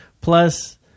plus